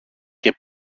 και